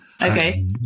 Okay